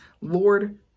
lord